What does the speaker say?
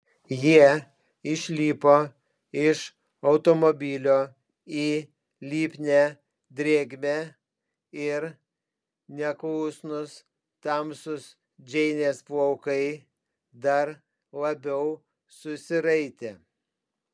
jie išlipo iš automobilio į lipnią drėgmę ir neklusnūs tamsūs džeinės plaukai dar labiau susiraitė